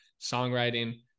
songwriting